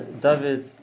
David